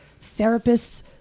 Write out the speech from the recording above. therapists